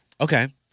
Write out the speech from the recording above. Okay